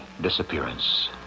disappearance